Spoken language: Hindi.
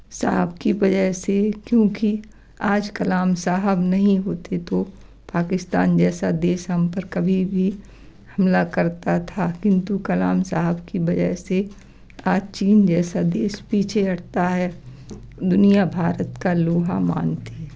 साहब की वजह से क्योंकि आज कलाम साहब नहीं होते तो पाकिस्तान जैसा देश हम पर कभी भी हमला करता था किंतु कलाम साहब की वजह से आज चीन जैसा देश पीछे हटता है दुनिया भारत का लोहा मानती है